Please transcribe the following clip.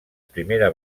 primera